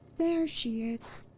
there she is!